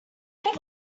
pick